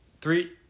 Three